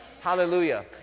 Hallelujah